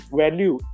value